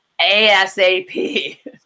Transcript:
asap